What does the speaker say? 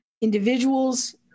individuals